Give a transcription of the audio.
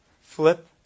flip